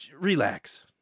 Relax